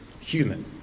human